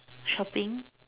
shopping